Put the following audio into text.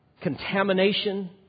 contamination